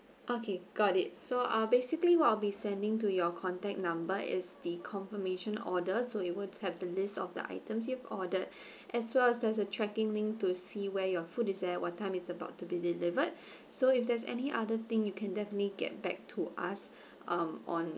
okay got it so ah basically what I'll be sending to your contact number is the confirmation order so it will have the list of the items you've ordered as well as there's a tracking link to see where your food is at what time it's about to be delivered so if there's any other thing you can definitely get back to us um on